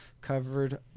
covered